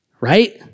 Right